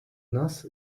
nas